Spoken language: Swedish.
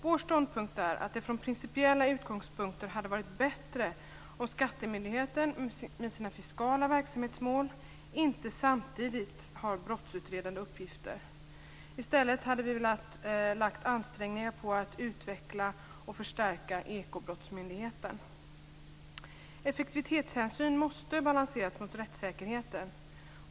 Vår ståndpunkt är att det från principiella utgångspunkter hade varit bättre om skattemyndigheten, med sina fiskala verksamhetsmål, inte samtidigt hade brottsutredande uppgifter. I stället hade vi velat att ansträngningar hade gjorts för att utveckla och förstärka Ekobrottsmyndigheten. Effektivitetshänsyn måste balanseras mot rättssäkerheten.